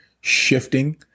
shifting